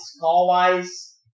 call-wise